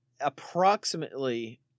approximately